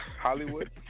Hollywood